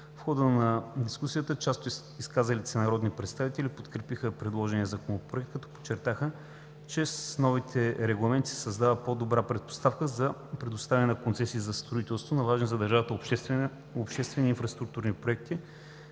В хода на дискусията част от изказалите се народни представители подкрепиха предложения Законопроект, като подчертаха, че с новите регламенти се създават по-добри предпоставки за предоставяне на концесии за строителство на важни за държавата и общините инфраструктурни проекти